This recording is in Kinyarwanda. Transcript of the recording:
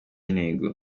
intego